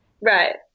Right